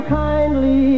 kindly